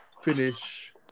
finish